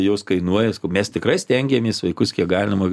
jos kainuoja mes tikrai stengiamės vaikus kiek galima